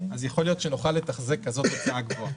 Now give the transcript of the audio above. יכול להיות שנוכל לתחזק כזאת הוצאה גבוהה.